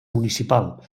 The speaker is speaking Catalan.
municipal